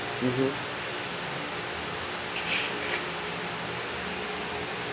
mmhmm